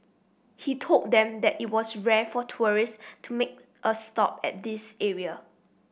he told them that it was rare for tourists to make a stop at this area